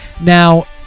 Now